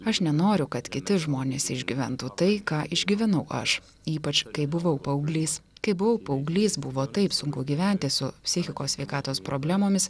aš nenoriu kad kiti žmonės išgyventų tai ką išgyvenau aš ypač kai buvau paauglys kai buvau paauglys buvo taip sunku gyventi su psichikos sveikatos problemomis